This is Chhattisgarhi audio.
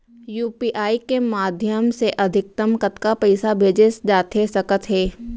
यू.पी.आई के माधयम ले अधिकतम कतका पइसा भेजे जाथे सकत हे?